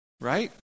right